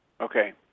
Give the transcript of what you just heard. Okay